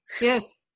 Yes